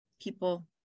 people